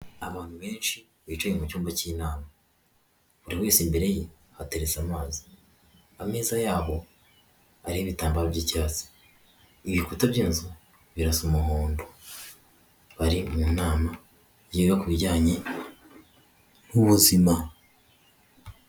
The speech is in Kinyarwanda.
Abantu benshi bicaye mu cyumba cy'inama, buri wese imbere ye hateretse amazi, ameza yaho ariho ibitambaro by'icyatsi, ibikuta by'inzu birasa umuhondo, bari mu nama yiga ku bijyanye n'ubuzima.